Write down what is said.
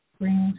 brings